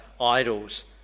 idols